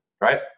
right